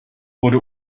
wurde